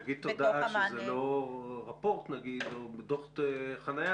שיגיד תודה שזה לא רפורט או דוח חניה